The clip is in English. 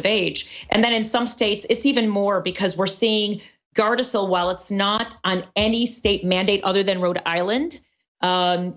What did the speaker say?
of age and then in some states it's even more because we're seeing gardasil while it's not on any state mandate other than rhode island